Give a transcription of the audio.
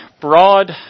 broad